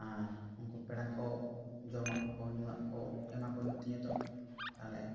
ᱟᱨ ᱩᱱᱠᱩ ᱯᱮᱲᱟ ᱠᱚ ᱡᱚᱢᱟᱜ ᱠᱚ ᱧᱩᱣᱟᱜ ᱠᱚ ᱮᱢᱟ ᱠᱚ ᱦᱩᱭᱩᱜ ᱛᱤᱧᱟᱹ ᱛᱚ ᱛᱟᱦᱚᱞᱮ